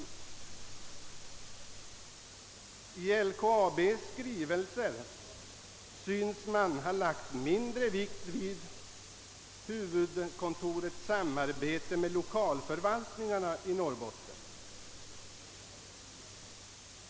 I LKAB:s skrivelser synes man ha lagt mindre vikt vid huvudkontorets samarbete med lokalförvaltningarna i Norrbotten.